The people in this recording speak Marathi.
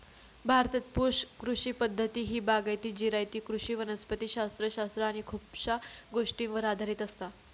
भारतात पुश कृषी पद्धती ही बागायती, जिरायती कृषी वनस्पति शास्त्र शास्त्र आणि खुपशा गोष्टींवर आधारित असता